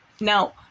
now